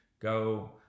go